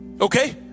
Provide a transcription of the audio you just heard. okay